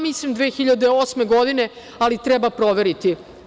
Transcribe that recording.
Mislim da je 2008. godine, ali treba proveriti.